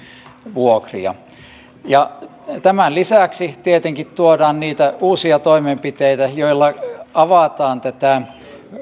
vuokria tämän lisäksi tietenkin tuodaan niitä uusia toimenpiteitä joilla avataan tätä